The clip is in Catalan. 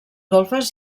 golfes